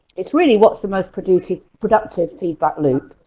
it's really what's the most productive productive feedback loop.